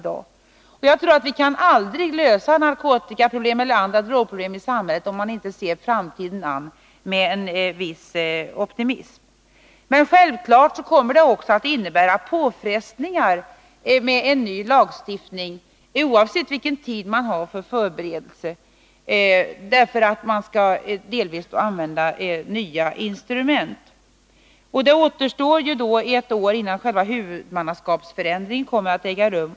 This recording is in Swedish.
Jag tror aldrig att vi kan lösa narkotikaproblemen och andra drogproblem i samhället om vi inte ser framtiden an med en viss optimism. Självklart kommer en ny lagstiftning att innebära påfrestningar, oavsett vilken tid man har för förberedelser, eftersom den innebär att man delvis skall använda nya instrument. Det återstår ett år innan själva huvudmannaskapsförändringen kommer att äga rum.